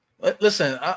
listen